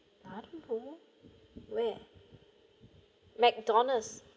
where McDonald's